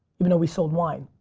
even though we sold wine.